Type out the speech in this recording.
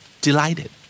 delighted